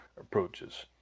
approaches